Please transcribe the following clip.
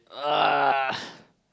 !wah!